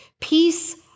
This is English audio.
Peace